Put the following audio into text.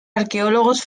arqueólogos